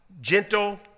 gentle